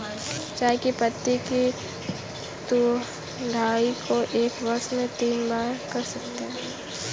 चाय की पत्तियों की तुड़ाई को एक वर्ष में तीन बार कर सकते है